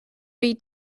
bhí